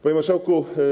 Panie Marszałku!